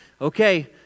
Okay